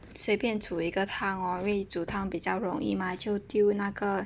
谁便煮一个汤哦因为煮汤比较容易吗就丢那个